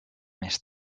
més